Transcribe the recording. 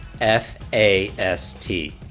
F-A-S-T